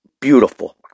Beautiful